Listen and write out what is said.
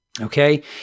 Okay